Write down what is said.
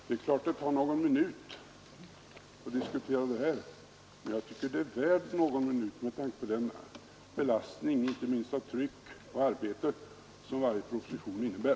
Herr talman! Det är klart att det tar någon minut att diskutera detta, men jag tycker det är värt någon minut med tanke på den belastning, inte minst vad gäller tryck och arbete, som varje proposition innebär.